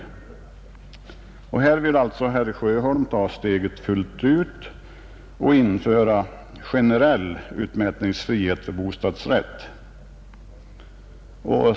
Här vill alltså herr Sjöholm ta steget fullt ut och införa generell utmätningsfrihet för bostadsrätt.